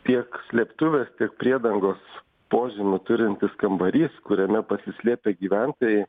tiek slėptuvės tiek priedangos požemį turintis kambarys kuriame pasislėpę gyventojai